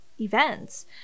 events